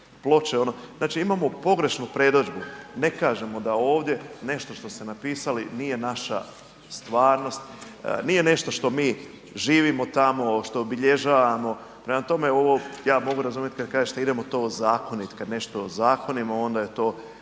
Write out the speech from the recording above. ono, znači imamo pogrešnu predodžbu, ne kažemo da ovdje nešto što se napisali nije naša stvarnost, nije nešto što mi živimo tamo, što obilježavamo. Prema tome ovo ja mogu razumjeti kad kažete idemo to ozakoniti, kad nešto ozakonimo onda je to